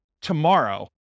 tomorrow